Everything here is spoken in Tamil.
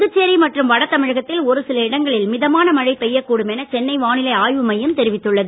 புதுச்சேரி மற்றும் வடதமிழகத்தில் ஒருகில இடங்களில் மிதமான மழை பெய்யக்கூடும் என சென்னை வானிலை ஆய்வு மையம் தெரிவித்துள்ளது